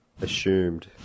assumed